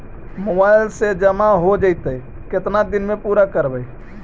Mobile से जामा हो जैतय, केतना दिन में पुरा करबैय?